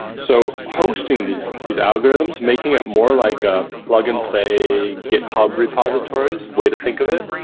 so hosting these these algorithms, making it more like a plug-and-play github repositories, way to think of it,